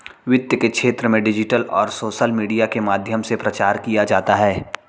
वित्त के क्षेत्र में डिजिटल और सोशल मीडिया के माध्यम से प्रचार किया जाता है